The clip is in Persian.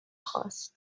خاست